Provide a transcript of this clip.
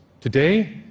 Today